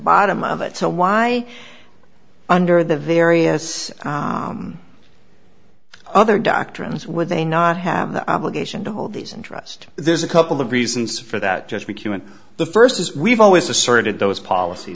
bottom of it so why under the various other doctrines would they not have the obligation to hold these interest there's a couple of reasons for that just like you in the first as we've always asserted those polic